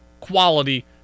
quality